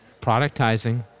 productizing